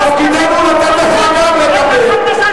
תפקידנו לתת לך גם לדבר.